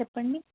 చెప్పండి